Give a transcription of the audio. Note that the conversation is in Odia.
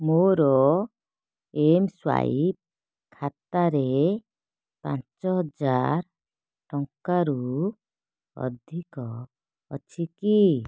ମୋର ଏମ୍ ସ୍ୱାଇପ୍ ଖାତାରେ ପାଞ୍ଚହଜାର ଟଙ୍କାରୁ ଅଧିକ ଅଛି କି